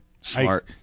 Smart